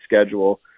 schedule